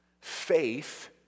faith